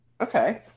Okay